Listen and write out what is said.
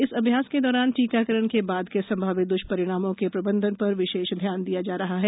इस अभ्यास के दौरान टीकाकरण के बाद के संभावित द्वष्प्रभावों के प्रबंधन पर विशेष ध्यान दिया जा रहा है